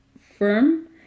firm